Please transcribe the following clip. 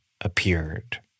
appeared